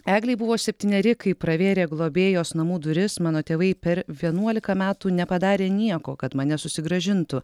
eglei buvo septyneri kai pravėrė globėjos namų duris mano tėvai per vienuolika metų nepadarė nieko kad mane susigrąžintų